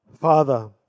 Father